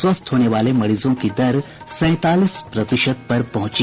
स्वस्थ होने वाले मरीजों की दर सैंतालीस प्रतिशत पर पहुंची